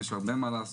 יש הרבה מה לעשות,